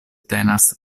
tenas